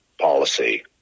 policy